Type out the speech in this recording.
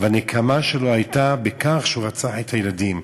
והנקמה שלו הייתה בכך שהוא רצח את הילדים,